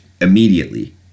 immediately